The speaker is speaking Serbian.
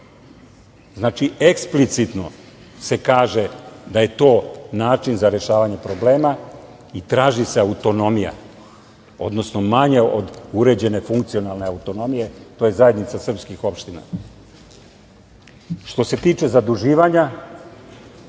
Znači, eksplicitno se kaže da je to način za rešavanje problema i traži se autonomija, odnosno od manje uređene funkcionalne autonomije, to je zajednica srpskih opština. Što se tiče zaduživanja,